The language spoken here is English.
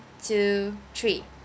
two three